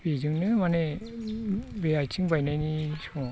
बेजोंनो माने बे आथिं बायनायनि समाव